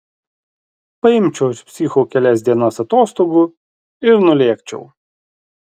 paimčiau iš psichų kelias dienas atostogų ir nulėkčiau